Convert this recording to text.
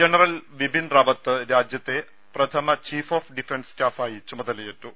general Bipin Rawat രാജ്യത്തെ പ്രഥമ chief of defence staff ആയി ചുമതലയേറ്റു